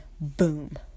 Boom